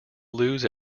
lose